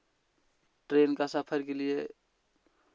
train का सफ़र के लिए